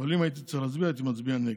אבל אם הייתי צריך להצביע, הייתי מצביע נגד.